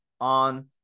on